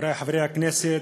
חברי הכנסת,